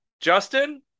Justin